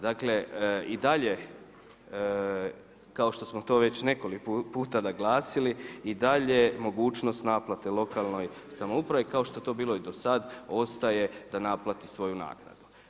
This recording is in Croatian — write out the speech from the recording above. Dakle i dalje kao što smo to već nekoliko puta naglasili i dalje mogućnost naplate lokalnoj samoupravi kao što je to bilo i do sada, ostaje da naplati svoju naknadu.